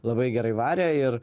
labai gerai varė ir